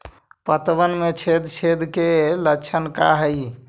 पतबन में छेद छेद के लक्षण का हइ?